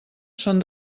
són